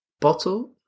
bottle